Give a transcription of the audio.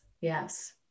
yes